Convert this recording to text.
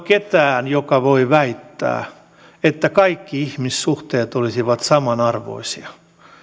ketään joka voi väittää että kaikki ihmissuhteet olisivat samanarvoisia